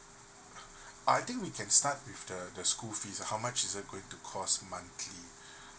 I think we can start with the the school fees how much is it going to cost monthly